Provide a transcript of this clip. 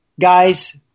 guys